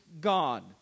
God